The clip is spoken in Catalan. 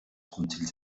consells